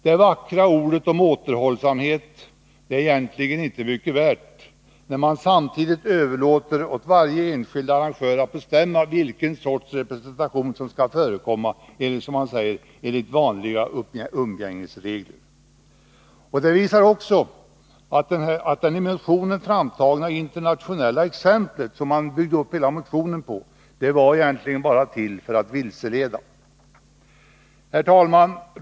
Det vackra ordet återhållsamhet blir egentligen inte mycket värt när man överlåter åt varje enskild arrangör att bestämma vilken sorts representation som skall förekomma enligt, som man säger, vanliga umgängesregler. Detta visar att det i motionen framtagna internationella exemplet, som hela motionen byggdes upp på, egentligen bara var till för att vilseleda. Herr talman!